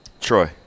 Troy